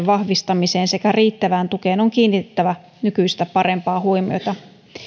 vahvistamiseen sekä riittävään tukeen on kiinnitettävä nykyistä parempaa huomiota